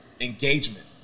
engagement